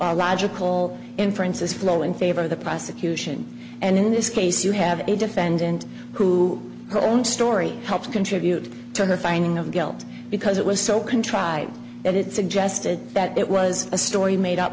re logical inferences flow in favor of the prosecution and in this case you have a defendant who her own story helped contribute to her finding of guilt because it was so contrived that it suggested that it was a story made up